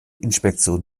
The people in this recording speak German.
inspektion